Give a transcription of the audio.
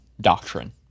doctrine